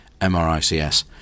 MRICS